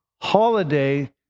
holiday